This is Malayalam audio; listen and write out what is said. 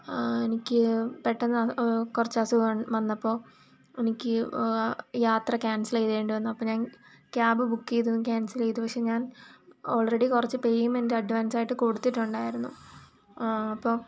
എനിക്ക് പെട്ടന്ന് കുറച്ച് അസുഖം വന്നപ്പോൾ എനിക്ക് ആ യാത്ര ക്യാൻസൽ ചെയ്യേണ്ടി അപ്പം ഞാൻ ക്യാബ് ബുക്ക് ചെയ്തതും ക്യാൻസല് ചെയ്തു പക്ഷേ ഞാൻ ഓൾറെഡി കുറച്ച് പേയ്മെന്റ് അഡ്വാൻസ്സായിട്ട് കൊടുത്തിട്ടുണ്ടായിരുന്നു അപ്പം